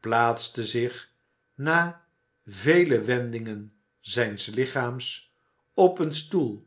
plaatste zich na vele wendingen zijns lichaams op een stoel